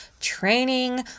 training